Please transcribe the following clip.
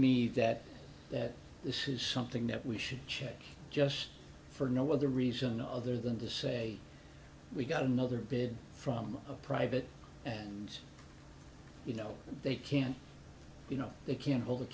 me that this is something that we should check just for no other reason other than to say we got another bid from a private and you know they can't you know they can't hold a